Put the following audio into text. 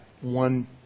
one